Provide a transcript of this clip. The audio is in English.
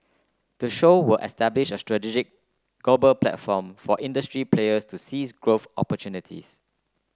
the show will establish a strategy global platform for industry players to seize growth opportunities